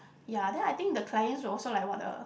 ya then I think the client also like what the